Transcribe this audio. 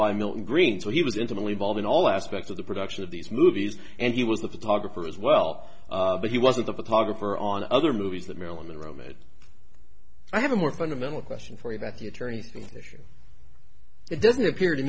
by milton green so he was intimately involved in all aspects of the production of these movies and he was the photographer as well but he was a photographer on other movies that marilyn monroe made i have a more fundamental question for you that the attorney thing it doesn't appear to